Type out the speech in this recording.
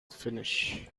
finish